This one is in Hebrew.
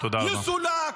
יסולק